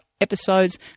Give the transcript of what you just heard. episodes